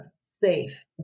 safe